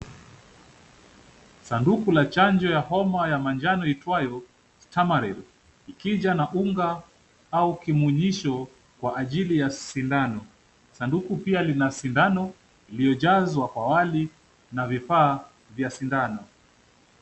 Sanduku la chanjo ya homa ya manjano iitwayo Stamaril, ikija na unga au kimunyisho kwa ajili ya sindano. Sanduku pia lina sindano iliyojazwa pahali na vifaa vya sindano.